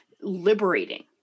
liberating